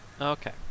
Okay